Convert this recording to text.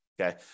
Okay